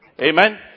Amen